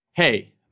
Hey